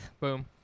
Boom